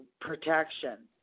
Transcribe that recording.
protection